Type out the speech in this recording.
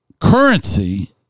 currency